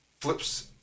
flips